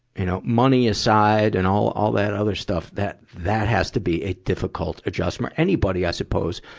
you know money aside and all, all that other stuff, that, that has to be a difficult adjustment. anybody, i suppose,